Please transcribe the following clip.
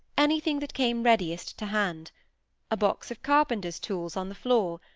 anything that came readiest to hand a box of carpenter's tools on the floor,